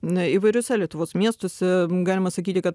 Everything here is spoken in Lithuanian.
įvairiuose lietuvos miestuose galima sakyti kad